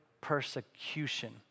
persecution